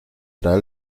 trae